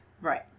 Right